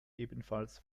ebenfalls